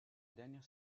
dernière